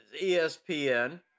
ESPN